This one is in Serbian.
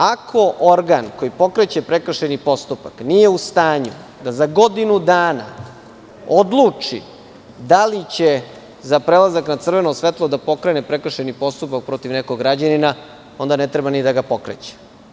Ako organ koji pokreće prekršajni postupak nije u stanju da za godinu dana odluči da li će za prelazak na crveno svetlo da pokrene prekršajni postupak protiv nekog građanina, onda ne treba ni da ga pokreće.